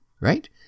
Right